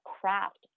craft